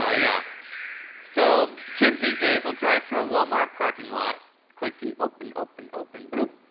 ah yeah so kids these days will drive through a wal-mart parking lot clicking open, open, open, bloop.